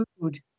food